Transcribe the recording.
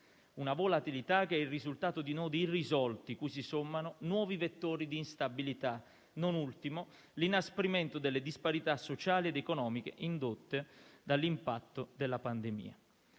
una volatilità che è il risultato di nodi irrisolti cui si sommano nuovi vettori di instabilità, non ultimo l'inasprimento delle disparità sociali ed economiche indotto dall'impatto della pandemia.